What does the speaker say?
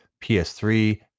PS3